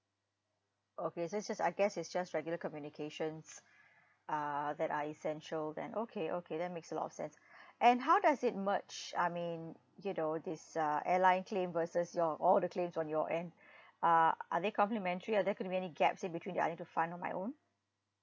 okay so it's just I guess it's just regular communications err that are essential then okay okay that makes a lot of sense and how does it merge I mean you know this uh airline claim versus your all the claims on your end are are they complimentary or there could be many gaps in between that I need to find on my own